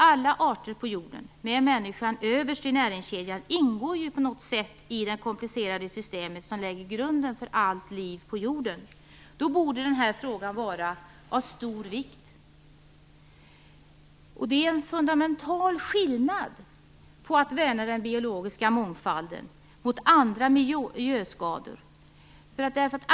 Alla arter på jorden, med människan överst i näringskedjan, ingår ju på något sätt i det komplicerade system som lägger grunden för allt liv på jorden. Då borde den här frågan vara av stor vikt. Det är en fundamental skillnad mellan att värna den biologiska mångfalden och att försöka förhindra andra miljöskador.